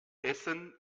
essen